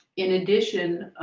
in addition,